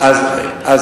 חג הקורבן.